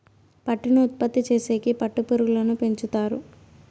పట్టును ఉత్పత్తి చేసేకి పట్టు పురుగులను పెంచుతారు